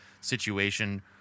situation